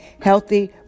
healthy